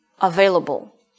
available